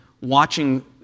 watching